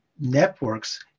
Networks